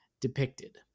depicted